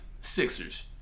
Sixers